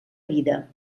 vida